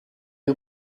you